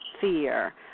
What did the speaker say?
fear